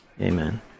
Amen